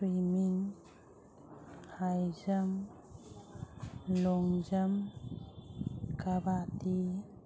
swimming ꯍꯥꯏ ꯖꯝ ꯂꯣꯡ ꯖꯝ ꯀꯕꯥꯇꯤ